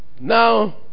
now